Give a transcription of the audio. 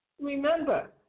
Remember